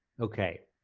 okay,